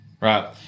Right